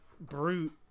brute